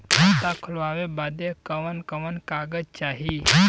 खाता खोलवावे बादे कवन कवन कागज चाही?